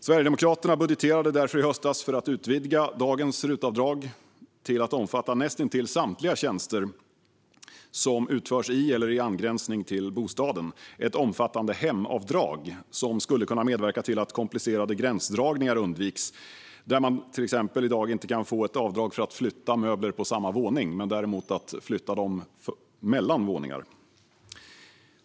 Sverigedemokraterna budgeterade därför i höstas för att utvidga dagens RUT-avdrag till att omfatta näst intill samtliga tjänster som utförs i eller i angränsning till bostaden, ett omfattande hemavdrag som skulle kunna medverka till att komplicerade gränsdragningar undviks, exempelvis att man i dag inte kan få avdrag för att flytta möbler på samma våning men däremot för att flytta dem mellan våningar.